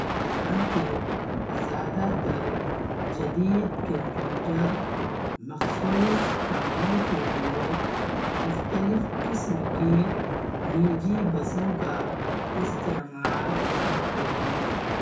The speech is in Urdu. حالانکہ زیادہ تر جدید کمپیوٹر مخصوص کاموں کے لیے مختلف قسم کی نجی بسوں کا استعمال کرتے ہیں